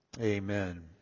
Amen